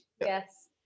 yes